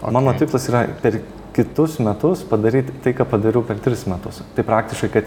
o mano tikslas yra per kitus metus padaryt tai ką padariau per tris metus tai praktiškai kad